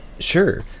Sure